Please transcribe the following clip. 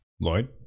Lloyd